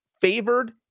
favored